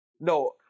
No